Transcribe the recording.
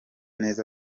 neza